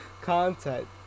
content